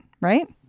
right